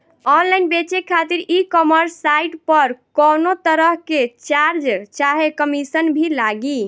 Online बेचे खातिर e commerce site पर कौनोतरह के चार्ज चाहे कमीशन भी लागी?